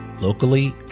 locally